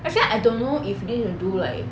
I feel like I don't know if need to do like